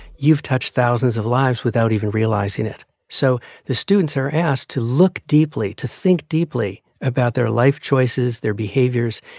you've touched thousands of lives without even realizing it so the students are asked to look deeply, to think deeply about their life choices, their behaviors,